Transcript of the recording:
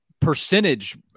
percentage